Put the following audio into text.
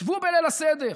שבו בליל הסדר,